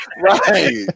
Right